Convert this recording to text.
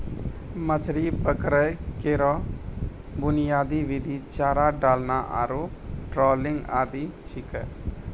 मछरी पकड़ै केरो बुनियादी विधि चारा डालना आरु ट्रॉलिंग आदि छिकै